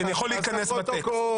שיכול להיכנס לטקסט.